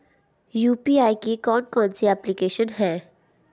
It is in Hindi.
यू.पी.आई की कौन कौन सी एप्लिकेशन हैं?